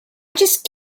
just